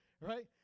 Right